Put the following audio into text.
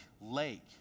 lake